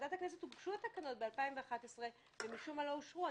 לוועדת הכנסת הוגשו התקנות בשנת 2011 ומשום מה לא אושרו.